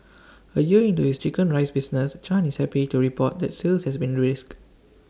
A year into his Chicken Rice business chan is happy to report that sales has been brisk